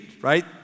right